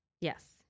Yes